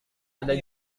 ada